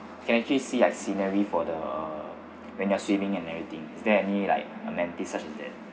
you can actually see at scenery for the when you're swimming and everything is there any like amenities such as that